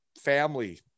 family